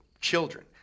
children